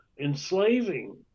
enslaving